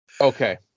Okay